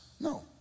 No